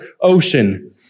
ocean